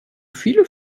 viele